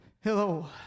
Hello